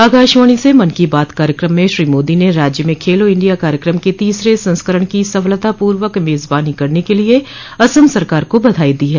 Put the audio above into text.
आकाशवाणी से मन की बात कार्यक्रम में श्री मोदी ने राज्य में खेलो इंडिया कार्यक्रम के तीसरे संस्करण की सफलतापूर्वक मेजबानी करने के लिए असम सरकार को बधाइ दी है